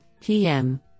PM